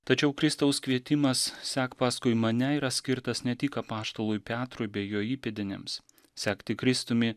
tačiau kristaus kvietimas sek paskui mane yra skirtas ne tik apaštalui petrui bei jo įpėdiniams sekti kristumi